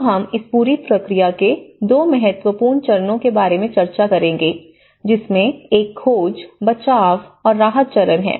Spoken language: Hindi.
अब हम इस पूरी प्रक्रिया के 2 महत्वपूर्ण चरणों के बारे में चर्चा करेंगे जिसमें एक खोज बचाव और राहत चरण है